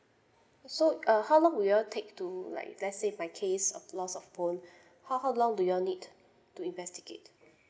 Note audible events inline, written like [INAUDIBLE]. so uh how long you all take to like let's say if my case of lost of phone [BREATH] how how long do you all need to investigate